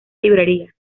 librería